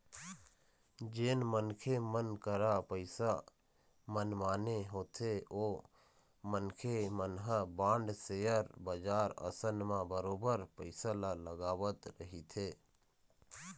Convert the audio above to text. जेन मनखे मन करा पइसा मनमाने होथे ओ मनखे मन ह बांड, सेयर बजार असन म बरोबर पइसा ल लगावत रहिथे